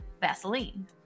Vaseline